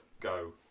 go